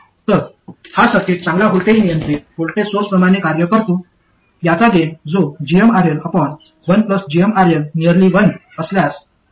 तर हा सर्किट चांगला व्होल्टेज नियंत्रित व्होल्टेज सोर्सप्रमाणे कार्य करतो याचा गेन जो gmRL1gmRL 1 असल्यास gmRL 1 आहे